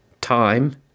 time